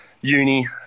uni